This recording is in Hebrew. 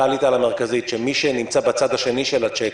אתה עלית על המרכזית שמי שנמצא בצד השני של הצ'ק,